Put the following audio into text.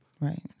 Right